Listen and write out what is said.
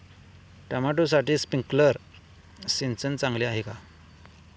टोमॅटोसाठी स्प्रिंकलर सिंचन चांगले आहे का?